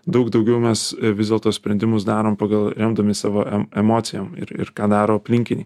daug daugiau mes vis dėlto sprendimus darom pagal remdami savo e emocijom ir ir ką daro aplinkiniai